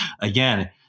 again